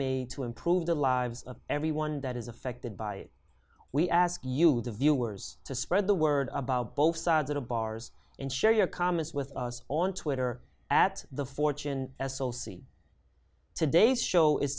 made to improve the lives of everyone that is affected by it we ask you the viewers to spread the word about both sides of the bars and share your comments with us on twitter at the fortune s o c today's show is